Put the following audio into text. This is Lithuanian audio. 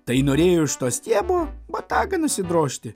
tai norėjo iš to stiebo botagą nusidrožti